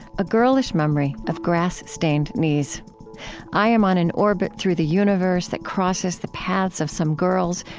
a girlish memory of grass-stained knees i am on an orbit through the universe that crosses the paths of some girls,